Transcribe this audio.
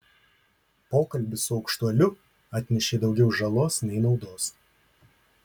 pokalbis su aukštuoliu atnešė daugiau žalos nei naudos